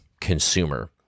consumer